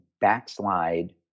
backslide